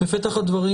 בפתח הדברים,